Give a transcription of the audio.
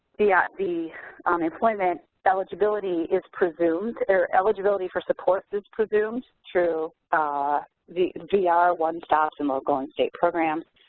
the ah the um employment eligibility is presumed eligibility for support is presumed through ah the vr one stops and local and state programs,